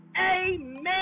amen